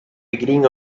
beginning